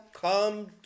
come